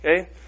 Okay